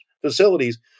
facilities